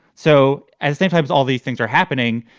so as they phibes, all these things are happening.